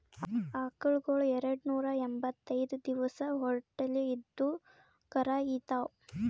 ಆಕಳಗೊಳ್ ಎರಡನೂರಾ ಎಂಭತ್ತೈದ್ ದಿವಸ್ ಹೊಟ್ಟಲ್ ಇದ್ದು ಕರಾ ಈತಾವ್